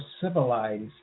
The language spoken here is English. civilized